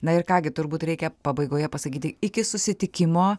na ir ką gi turbūt reikia pabaigoje pasakyti iki susitikimo